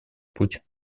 путь